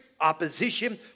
opposition